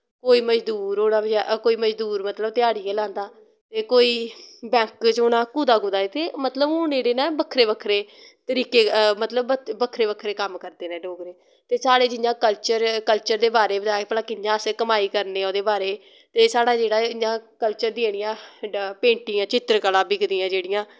कोई मजदूर होना कोई मजदूर मतलव ध्याह्ड़ी गै लांदा ते कोई बैंक च होना कुदै कुदै ते मतलव हून जेह्ड़े नै बक्खरे बक्खरे तरीके मतलव बक्खरे बक्खरे कम्म करदे नै डोगरे ते साढ़े जियां कल्चर कल्चर दे बारे च भला कियां असें कमाई करनी ओह्दे बारे च ते साढ़ा जेह्ड़ा इ'यां कल्चर दी जेह्ड़ियां पेंटिग चित्तरकला बिकदियां जेह्ड़ियां